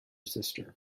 sister